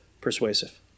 persuasive